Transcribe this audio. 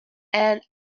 and